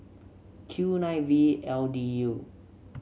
Q nine V L D U